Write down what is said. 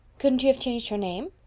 couldn't you have changed her name?